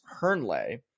Hernley